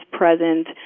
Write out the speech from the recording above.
present